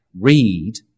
read